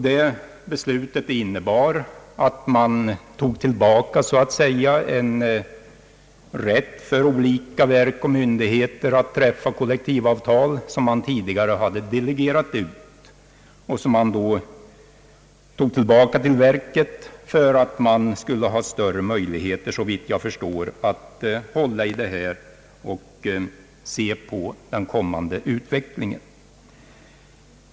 Det beslutet innebar att man så att säga tog tillbaka en rätt för olika verk och myndigheter att träffa kollektivavtal, som man tidigare hade delegerat ut. Denna rätt tog man, såvitt jag förstår, tillbaka till verket för att få större möjligheter att kontrollera den kommande utvecklingen.